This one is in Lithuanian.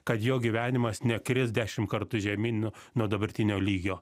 kad jo gyvenimas nekris dešim kartų žemyn nuo dabartinio lygio